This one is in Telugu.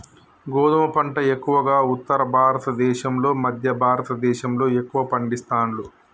గోధుమ పంట ఎక్కువగా ఉత్తర భారత దేశం లో మధ్య భారత దేశం లో ఎక్కువ పండిస్తాండ్లు